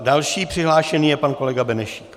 Další přihlášený je pan kolega Benešík.